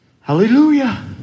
Hallelujah